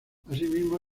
asimismo